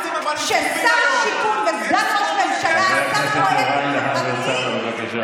ל-34% מכלל הדירות הן דיור ציבורי.